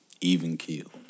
even-keeled